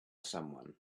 someone